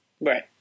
Right